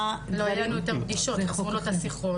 לא יהיו לנו יותר פגישות, חסמו לו את השיחות,